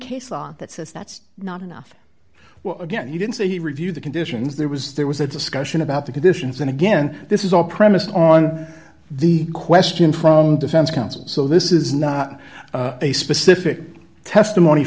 case law that says that's not enough well again you didn't say he reviewed the conditions there was there was a discussion about the conditions and again this is all premised on the question from the defense counsel so this is not a specific testimony